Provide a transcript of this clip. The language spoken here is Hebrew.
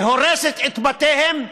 הורסת את בתיהם,